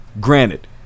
Granted